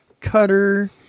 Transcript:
cutter